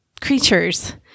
creatures